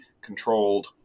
controlled